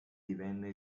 divenne